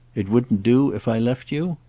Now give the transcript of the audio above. it wouldn't do if i left you?